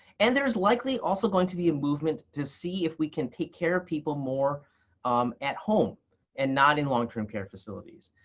and there is likely also going to be a movement to see if we can take care of people more um at home and not in long-term care facilities.